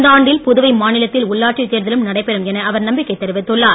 இந்தாண்டில் புதுவை மாநிலத்தில் உள்ளாட்சித் தேர்தலும் நடைபெறும் என அவர் நம்பிக்கை தெரிவித்துள்ளார்